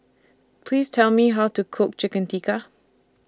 Please Tell Me How to Cook Chicken Tikka